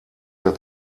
der